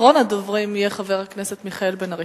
אחרון הדוברים יהיה חבר הכנסת מיכאל בן-ארי.